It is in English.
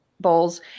bowls